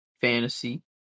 Fantasy